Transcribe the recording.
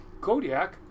Kodiak